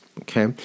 Okay